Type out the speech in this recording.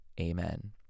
Amen